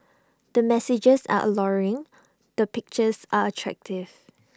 the messages are alluring the pictures are attractive